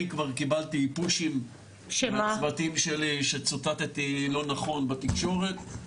כבר קיבלתי פושים מהצוותים שלי שצוטטתי לא נכון בתקשורת,